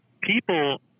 people